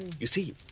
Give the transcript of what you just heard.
you see,